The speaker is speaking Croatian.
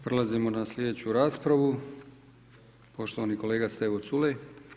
Prelazimo na sljedeću raspravu, poštovani kolega Stevo Culej.